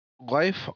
life